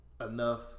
enough